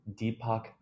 Deepak